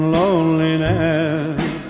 loneliness